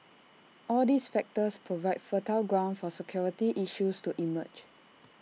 all these factors provide fertile ground for security issues to emerge